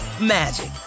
magic